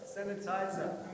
sanitizer